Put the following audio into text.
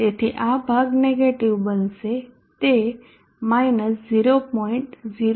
તેથી આ ભાગ નેગેટીવ બનશે તે 0